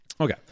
Okay